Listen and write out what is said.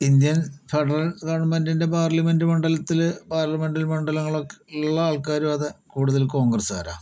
Indian federal ഗവൺമെന്റിൻ്റെ parliament മണ്ഡലത്തില് parliament മണ്ഡലങ്ങൾ ഒക്കെ ഉള്ള ആൾക്കാരും അതെ കൂടുതൽ കോൺഗ്രസ്സുകാരാ